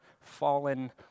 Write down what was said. fallen